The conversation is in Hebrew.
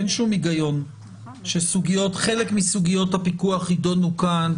אין שום הגיון שחלק מסוגיות הבידוד יידונו כאן,